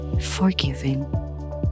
forgiving